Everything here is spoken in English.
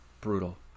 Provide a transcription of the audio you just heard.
brutal